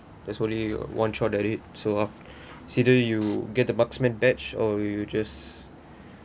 there's only one shot at it so it's either you get the marksman badge or you just